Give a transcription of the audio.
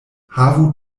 havu